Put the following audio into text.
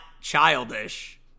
childish